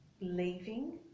leaving